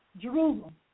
Jerusalem